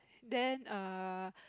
then err